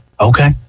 Okay